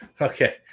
okay